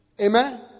Amen